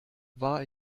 war